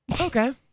Okay